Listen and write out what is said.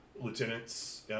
lieutenants